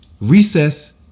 Recess